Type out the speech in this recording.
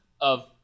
of-